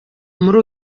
muri